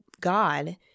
God